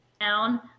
town